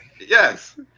Yes